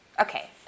Okay